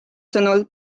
sõnul